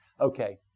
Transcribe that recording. Okay